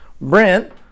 Brent